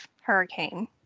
hurricane